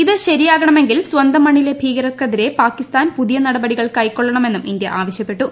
ഇത് ശരിയാകണമെങ്കിൽ സ്വന്തം മണ്ണിലെ ഭീകർക്കെതിരെ പാക്കിസ്ഥാൻ പുതിയ നടപടികൾ കൈകൊള്ളണമെന്നും ഇന്ത്യ ആവശ്യപ്പെട്ടു